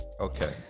Okay